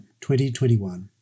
2021